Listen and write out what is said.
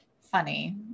funny